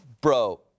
Bro